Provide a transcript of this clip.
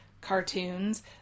cartoons